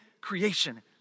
creation